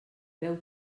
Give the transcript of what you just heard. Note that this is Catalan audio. beu